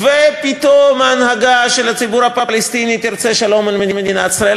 ופתאום ההנהגה של הציבור הפלסטיני תרצה שלום עם מדינת ישראל.